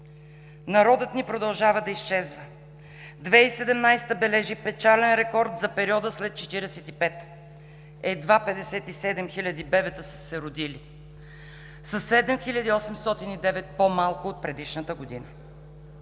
„Народът ни продължава да изчезва – 2017-а бележи печален рекорд за периода след четиридесет и пета. Едва 57 хиляди бебета са се родили – със 7809 по-малко от предишната година“.